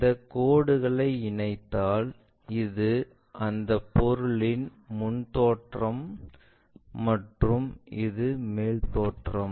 இந்த கோடுகளை இணைந்தால் இது அந்த பொருளின் முன் தோற்றம் மற்றும் இது மேல் தோற்றம்